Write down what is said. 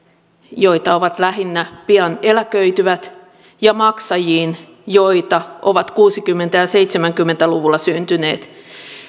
joita ovat lähinnä pian eläköityvät ja maksajiin joita ovat kuusikymmentä ja seitsemänkymmentä luvuilla syntyneet